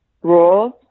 rules